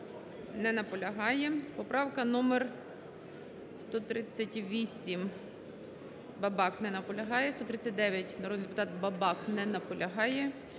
не наполягає. Поправка номер 138, Бабак. Не наполягає. 139-а, народний депутат Бабак. Не наполягає.